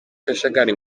kajagari